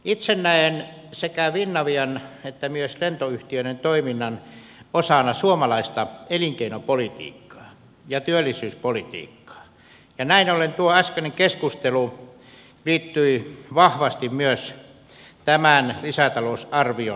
itse näen sekä finavian että myös lentoyhtiöiden toiminnan osana suomalaista elinkeinopolitiikkaa ja työllisyyspolitiikkaa ja näin ollen tuo äskeinen keskustelu liittyi vahvasti myös tämän lisätalousarvion tavoitteisiin